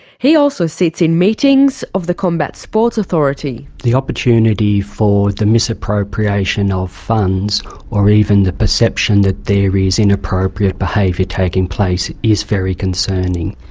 he also sits in meetings of the combat sports authority. the opportunity for the misappropriation of funds or even the perception that there is inappropriate behaviour taking place is very concerning.